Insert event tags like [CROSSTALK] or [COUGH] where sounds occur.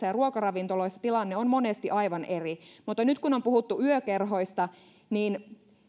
[UNINTELLIGIBLE] ja ruokaravintoloissa tilanne on monesti aivan eri mutta nyt kun on puhuttu yökerhoista niin